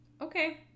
Okay